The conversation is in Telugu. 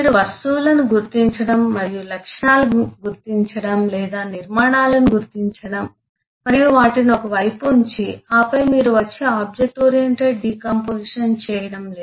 మీరు వస్తువులను గుర్తించడం మరియు లక్షణాలను గుర్తించడం లేదా నిర్మాణాలను గుర్తించడం మరియు వాటిని ఒక వైపు ఉంచి ఆపై మీరు వచ్చి ఆబ్జెక్ట్ ఓరియెంటెడ్ డికాంపొజిషన్ చేయడం లేదు